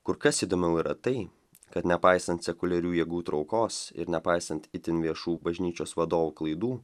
kur kas įdomiau yra tai kad nepaisant sekuliarių jėgų traukos ir nepaisant itin viešų bažnyčios vadovų klaidų